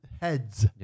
heads